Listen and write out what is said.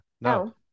no